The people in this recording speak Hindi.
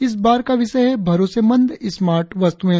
इस बार का विषय है भरोसेमंद स्मार्ट वस्तुएं